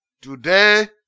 Today